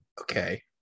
okay